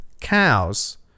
cows